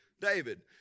David